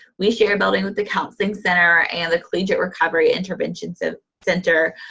we share a building with the counseling center and the collegiate recovery intervention so center.